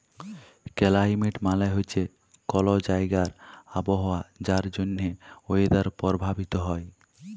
climate মালে হছে কল জাইগার আবহাওয়া যার জ্যনহে ওয়েদার পরভাবিত হ্যয়